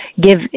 give